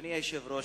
אדוני היושב-ראש,